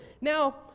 Now